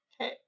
Okay